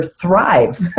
thrive